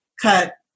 cut